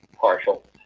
partial